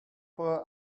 for